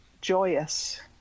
joyous